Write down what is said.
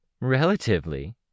Relatively